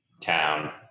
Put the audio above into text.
town